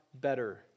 better